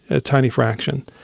a tiny fraction.